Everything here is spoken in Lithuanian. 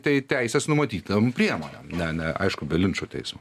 tai teisės numatytom priemonėm ne ne aišku be linčo teismo